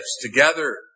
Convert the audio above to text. together